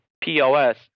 POS